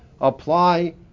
apply